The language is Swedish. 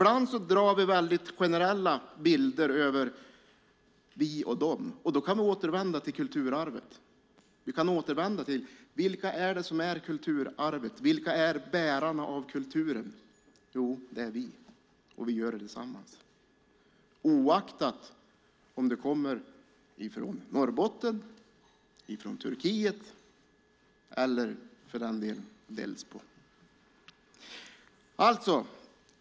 Ibland skapar vi generella bilder av vi och de. Vi kan återvända till kulturarvet och se vad som är kulturarv och vilka som är bärare av kulturen. Det är vi, och vi gör det tillsammans, oavsett om vi kommer från Norrbotten, Turkiet eller Delsbo.